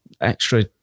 extra